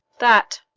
that.